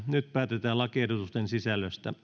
nyt päätetään lakiehdotusten sisällöstä